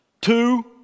two